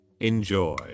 enjoy